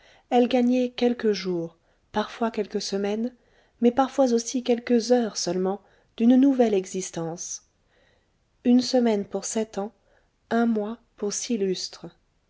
elle gagnait quelques jours parfois quelques semaines mais parfois aussi quelques heures seulement d'une nouvelle existence une semaine pour sept ans un mois pour